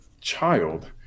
child